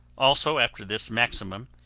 also after this maximum,